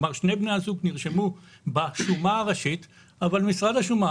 כלומר שני בני הזוג נרשמו בשומה הראשית אבל משרד השומה,